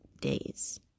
days